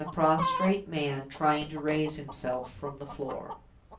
and the prostrate man trying to raise himself from the floor.